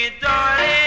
darling